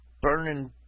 burning